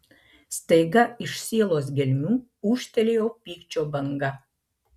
staiga iš sielos gelmių ūžtelėjo pykčio banga